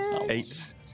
Eight